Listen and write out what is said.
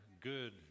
good